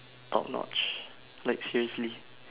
top notch like seriously